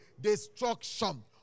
destruction